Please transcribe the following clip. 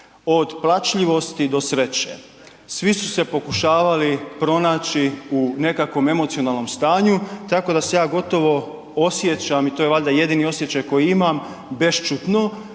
od plačljivosti do sreće. Svi su se pokušavali pronaći u nekakvom emocionalnom stanju tako da se ja gotovo osjećam i to je valjda jedini osjećaj koji imam bešćutno